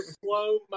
slow